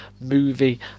movie